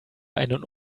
einen